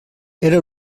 era